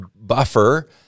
buffer